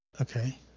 Okay